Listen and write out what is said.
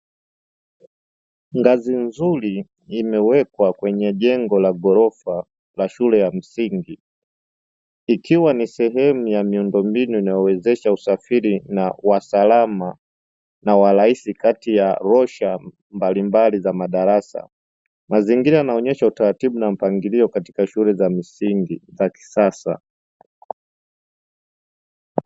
ngazi nzuri imejengwa kwenye jengo la ghorofa la shule ya msingi ikiwa ni sehem ya inayowezesha usafiri wa salama na wa rahisi kati ya rosha za madarasa, mazingira yanaonesha utaratibu na mapangilio katika shule za msingi za kisasa.